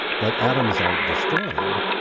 but atoms aren't destroyed.